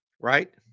right